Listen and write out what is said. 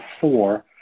four